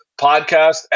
Podcast